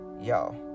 yo